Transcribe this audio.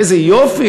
איזה יופי,